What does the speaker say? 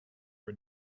for